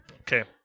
okay